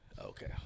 Okay